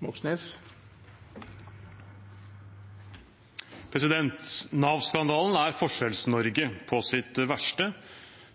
uføretrygd. Nav-skandalen er Forskjells-Norge på sitt verste.